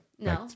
no